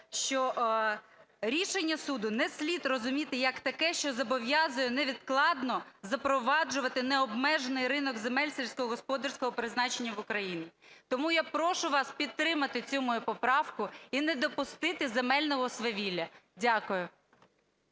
що рішення суду не слід розуміти як таке, що зобов'язує невідкладно запроваджувати необмежений ринок земель сільськогосподарського призначення в Україні. Тому я прошу вас підтримати цю мою поправку і не допустити земельного свавілля. Дякую.